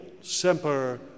Semper